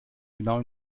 genau